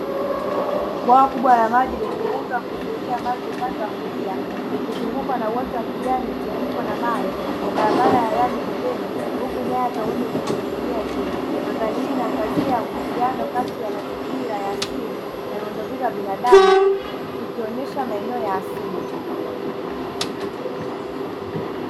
Bwawa kubwa la maji lenye muundo wa kuzuilia maji upande wa kulia likizungukwa na uoto wa kijani, mteremko na mawe na barabara ya lami pembeni huku nyaya za umeme zikining`inia juu. Mandhari hii inaangazia muingiliano kati ya mazingira ya asili na miundombinu ya binadamu, ikionyesha maeneo ya asili.